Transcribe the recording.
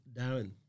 Darren